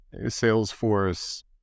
Salesforce